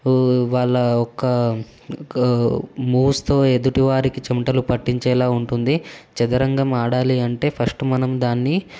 వాళ్ళ ఒక మూవ్స్తో ఎదుటి వారికి చెమటలు పట్టించేలాగా ఉంటుంది చదరంగం ఆడాలి అంటే ఫస్ట్ మనం దాన్ని